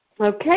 Okay